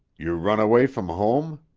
you run away from home?